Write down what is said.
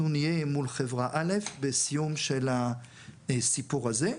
נהיה מול חברה א' בסיום של הסיפור הזה,